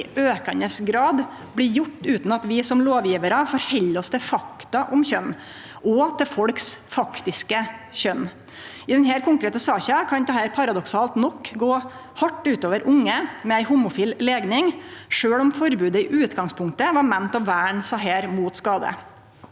i aukande grad blir gjort utan at vi som lovgjevarar forheld oss til fakta om kjønn og til folks faktiske kjønn. I denne konkrete saka kan dette paradoksalt nok gå hardt ut over unge med ei homofil legning, sjølv om forbodet i utgangspunktet var meint å verne desse mot skade.